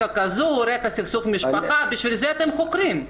רקע של סכסוך במשפחה בשביל זה אתם חוקרים.